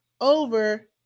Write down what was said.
over